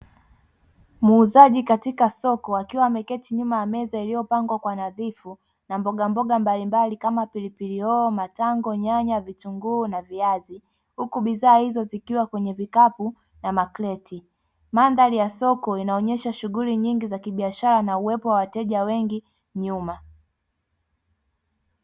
Muuzaji katika soko akiwa ameketi nyuma ya meza iliyopangwa kwa nadhifu na mboga mbalimbali kama: pilipili hoho, matango, nyanya, vitunguu na viazi; huku bidhaa hizo zikiwa kwenye vikapu na makreti. Mandhari ya soko inaonyesha shughuli nyingi za kibiashara na uwepo wa wateja wengi nyuma.